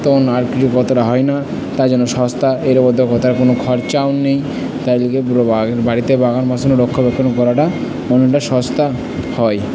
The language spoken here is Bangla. তখন আর অতোটা হয় না তাই জন্য সস্তা এর মধ্যে কোথাও কোনো খরচাও নেই তাই লোকে পুরো বাড়িতে বাগান বসানো রক্ষণাবেক্ষণ করাটা অনেকটা সস্তা হয়